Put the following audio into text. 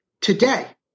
Today